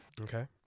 Okay